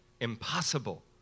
impossible